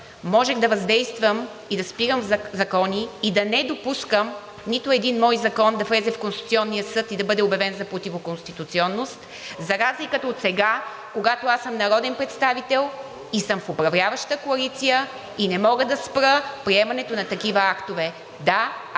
можех да въздействам и да спирам закони и да не допускам нито един мой закон да влезе в Конституционния съд и да бъде обявен за противоконституционен, за разлика от сега, когато аз съм народен представител и съм в управляваща коалиция и не мога да спра приемането на такива актове. Да, аз